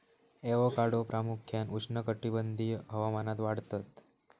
avocado प्रामुख्यान उष्णकटिबंधीय हवामानात वाढतत